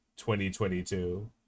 2022